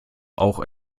auch